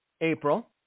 April